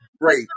great